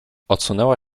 odsunęła